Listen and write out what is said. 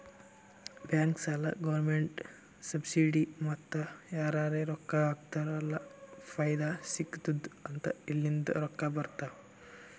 bank, ಸಾಲ, government subsidy ಮತ್ತ ಯಾರರೇ ರೊಕ್ಕಾ ಹಾಕ್ತಾರ್ ಅಲ್ಲ ಫೈದಾ ಸಿಗತ್ತುದ್ ಅಂತ ಇಲ್ಲಿಂದ್ ರೊಕ್ಕಾ ಬರ್ತಾವ್